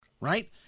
right